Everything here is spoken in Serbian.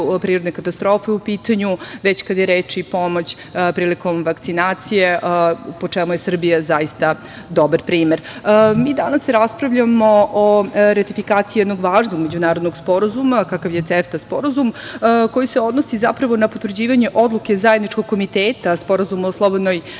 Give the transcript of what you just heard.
prirodne katastrofe u pitanju, već kada je reč i prilikom vakcinacije, a u čemu je Srbija zaista dobar primer. Mi danas raspravljamo o ratifikaciji jednog važnog međunarodnog sporazuma, kakav je CEFTA sporazum, koji se odnosi na potvrđivanje Odluke Zajedničkog komiteta Sporazuma o slobodnoj